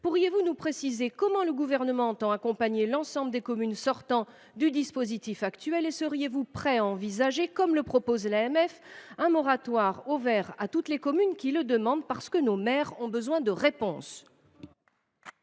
Monsieur le ministre, comment le Gouvernement entend il accompagner l’ensemble des communes sortant du dispositif ZRR ? Seriez vous prêt à envisager, comme le propose l’AMF, « un moratoire ouvert à toutes les communes qui le demandent »? Nos maires ont besoin de réponses !